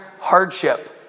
hardship